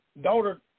daughter